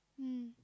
mm